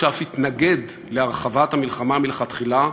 שאף התנגד להרחבת המלחמה מלכתחילה,